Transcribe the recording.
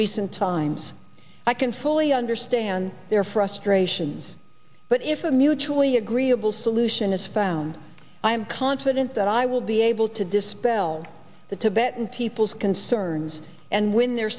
recent times i can fully understand their frustrations but if a mutually agreeable solution is found i am confident that i will be able to dispel the tibetan people's concerns and win their